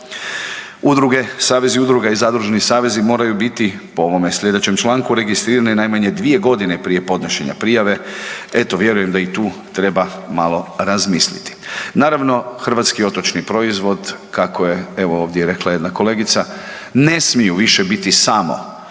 Udruge, savezi udruga i zadružni savezi moraju biti, po ovome sljedećem članku, registrirani najmanje 2 godine prije podnošenja prijave. Eto, vjerujem da i tu treba malo razmisliti. Naravno, Hrvatski otočni proizvod, kako je, evo, ovdje rekla jedna kolegica, ne smiju više biti samo sirevi,